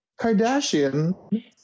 Kardashian